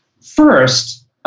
First